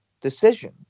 decision